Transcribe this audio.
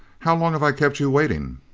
how long have i kept you waiting?